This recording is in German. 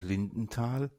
lindenthal